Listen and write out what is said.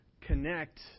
connect